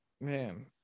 man